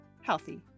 healthy